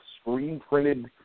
screen-printed